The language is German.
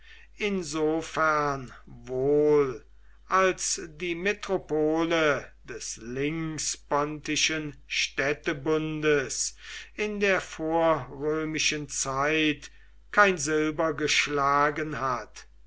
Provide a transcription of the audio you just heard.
insofern wohl als die metropole des linkspontischen städtebundes in der vorrömischen zeit kein silber geschlagen hat